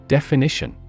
Definition